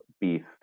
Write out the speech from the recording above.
beast